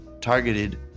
targeted